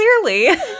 clearly